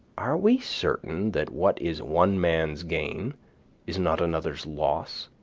are we certain that what is one man's gain is not another's loss,